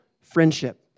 friendship